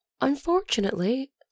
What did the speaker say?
Unfortunately